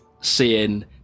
seeing